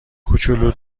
کوچولو